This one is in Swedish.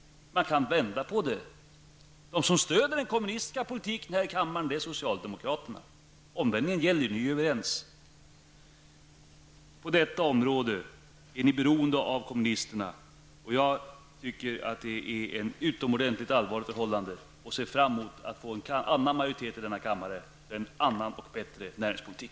Man kan vända på det: De som stöder den kommunistiska politiken här i kammaren är socialdemokraterna. Det är det här omvända som gäller, ni är ju överens. På detta område är ni beroende av kommunisterna. Jag tycker det är ett utomordentligt allvarligt förhållande och ser fram emot att få en annan majoritet i denna kammare, med en annan och bättre näringspolitik.